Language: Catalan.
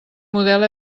model